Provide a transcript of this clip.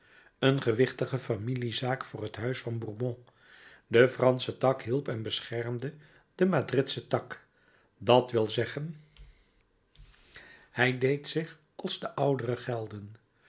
een gewichtige familiezaak voor het huis van bourbon de fransche tak hielp en beschermde den madridschen tak dat wil zeggen hij deed zich als de oudere gelden